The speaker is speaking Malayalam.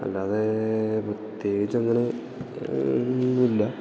അല്ലാതെ പ്രത്യേകിച്ചങ്ങനെ ഒന്നുമില്ല